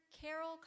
Carol